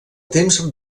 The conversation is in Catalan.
temps